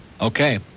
Okay